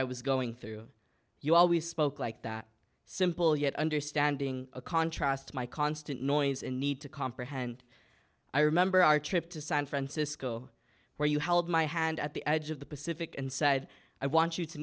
i was going through you always spoke like that simple yet understanding a contrast to my constant noise in need to comprehend i remember our trip to san francisco where you held my hand at the edge of the pacific and said i want you to